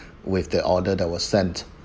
with the order that was sent